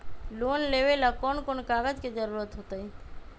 Loan लेवेला कौन कौन कागज के जरूरत होतई?